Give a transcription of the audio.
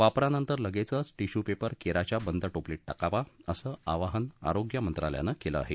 वापरानंतर लगेचच टिश्यूपेपर केराच्या बंद टोपलीत टाकावा असं आवाहन आरोग्य मंत्रालयानं केलं आहे